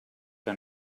que